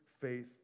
faith